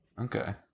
Okay